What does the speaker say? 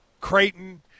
Creighton –